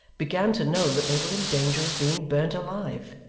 began to know that they were in danger of being burnt alive.